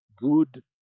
good